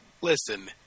Listen